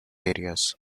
areas